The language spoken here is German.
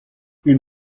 ein